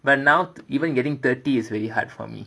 but now even getting thirty is really hard for me